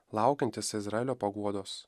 laukiantis izraelio paguodos